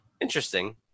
Interesting